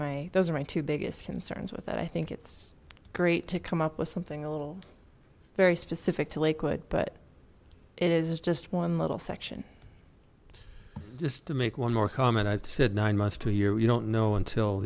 my those are my two biggest concerns with that i think it's great to come up with something a little very specific to lakewood but it is just one little section just to make one more comment i've said nine months to a year you don't know until